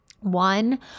one